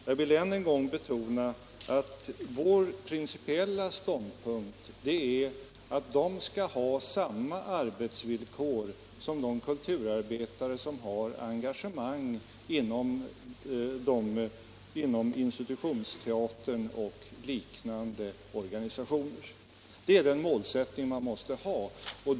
Jag vill än en gång betona att vår principiella ståndpunkt är att de skall ha samma arbetsvillkor som de kulturarbetare som har engagemang inom institutionsteatern och liknande organisationer. Det är den målsättning man måste ha.